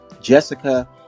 Jessica